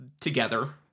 together